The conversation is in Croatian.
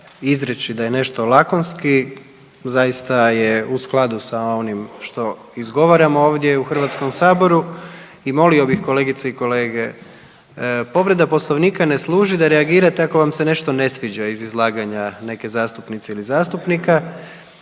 Izreći da je nešto lakonski zaista je u skladu sa onim što izgovaramo ovdje u Hrvatskom saboru. I molio bih kolegice i kolege, povreda Poslovnika ne služi da reagirate ako vam se nešto ne sviđa iz izlaganja neke zastupnice ili zastupnika,